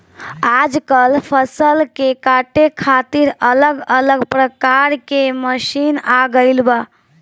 आजकल फसल के काटे खातिर अलग अलग प्रकार के मशीन आ गईल बा